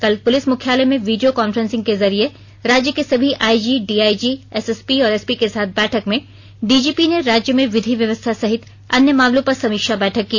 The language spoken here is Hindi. कल पुलिस मुख्यालय में वीडियों काफ्रेंसिंग के जरिये राज्य के सभी आईजी डीआईजीएसएसपी और एसपी के साथ बैठक में डीजीपी ने राज्य में विधि व्यवस्था सहित अन्य मामलों पर समीक्षा बैठक की